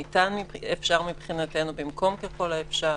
אפשר מבחינתנו ככל הניתן במקום ככל האפשר.